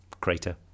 Crater